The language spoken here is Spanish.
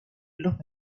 los